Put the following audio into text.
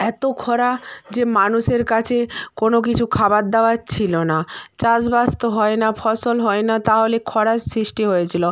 এত খরা যে মানুষের কাছে কোনো কিছু খাবার দাবার ছিলো না চাষবাস তো হয় না ফসল হয় না তাহলে খরার সৃষ্টি হয়েছিলো